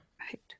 Right